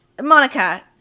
Monica